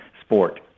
sport